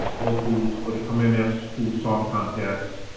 locals or the kamehameha school song contest,